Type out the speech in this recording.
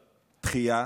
דחייה?